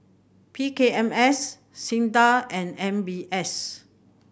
P K M S SINDA and M B S